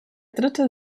dritte